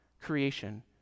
creation